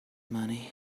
money